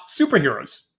superheroes